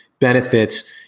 benefits